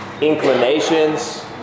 inclinations